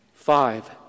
Five